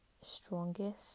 strongest